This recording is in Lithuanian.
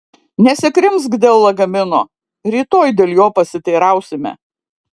nesikrimsk dėl lagamino rytoj dėl jo pasiteirausime